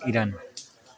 Iran